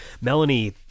melanie